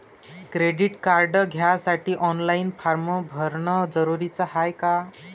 Credit card घ्यासाठी online form भरन जरुरीच हाय का?